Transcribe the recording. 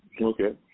okay